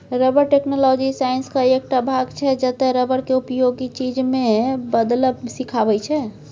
rubber technology साइंसक एकटा भाग छै जतय रबर केँ उपयोगी चीज मे बदलब सीखाबै छै